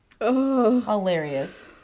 hilarious